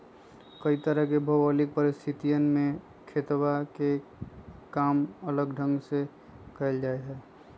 कई तरह के भौगोलिक परिस्थितियन में खेतवा के काम अलग ढंग से कइल जाहई